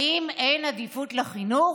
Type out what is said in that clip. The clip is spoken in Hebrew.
האם אין עדיפות לחינוך,